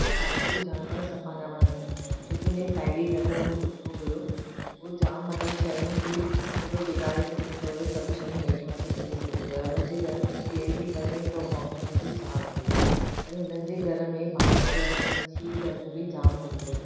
मूंखे पालतू जानवर सफ़ा न वणंदा आहिनि छोकी मुंहिंजी साहेड़ीअ घर में हिकु कुतो हुओ उहो जाम मतिलबु शयुनि खे सॼो बिगाड़े छडींंदो हुओ सभु शयूं हेठि मथे करे छ्ॾींदो हुओ उन्हनि जे घर में केर बि वञे त भौकंदो बि जाम हुओ वरी हुननि जे घर में बांस छी गंदगी जाम हूंदो हुओ